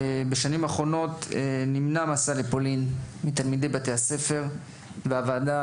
בשנים האחרונות נמנע מתלמידי בתי הספר המסע לפולין והוועדה